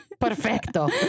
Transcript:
Perfecto